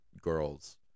Girls